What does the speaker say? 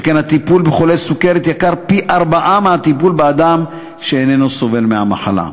שכן הטיפול בחולה סוכרת יקר פי-ארבעה מהטיפול באדם שאיננו סובל מהמחלה.